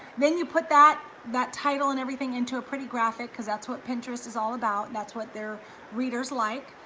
then you put that that title and everything into a pretty graphic, cause that's what pinterest is all about, that's what their readers like,